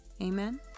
Amen